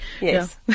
Yes